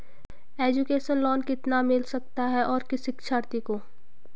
Education loan कितना मिल सकता है और किस शिक्षार्थी को?